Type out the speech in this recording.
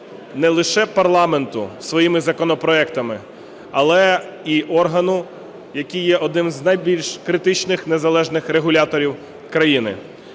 не лише парламенту своїми законопроектами, але і органу, який є одним з найбільш критичних незалежних регуляторів країни.